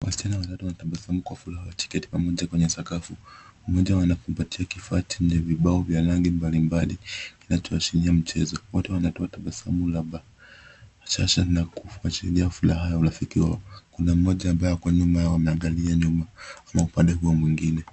Wasichana watatu wanatabasamu kwa furaha wakiketi pamoja kwenye sakafu. Mmoja wao anakumbatia kifaa chenye vibao vya rangi mbalimbali kinachoashiria mchezo. Wote wanatoa tabasamu la bashasha na kufuatilia furaha ya urafiki wao. Kuna mmoja ambaye ako nyuma yao anaangalia nyuma ama upande huo mwingine.